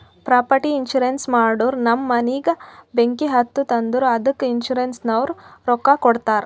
property insurance ಮಾಡೂರ್ ನಮ್ ಮನಿಗ ಬೆಂಕಿ ಹತ್ತುತ್ತ್ ಅಂದುರ್ ಅದ್ದುಕ ಇನ್ಸೂರೆನ್ಸನವ್ರು ರೊಕ್ಕಾ ಕೊಡ್ತಾರ್